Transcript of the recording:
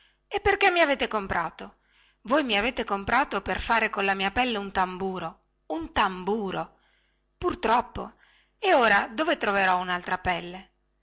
e perché mi avete comprato voi mi avete comprato per fare con la mia pelle un tamburo un tamburo pur troppo e ora dove troverò unaltra pelle